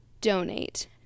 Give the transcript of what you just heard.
donate